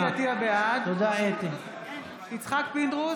בעד יצחק פינדרוס,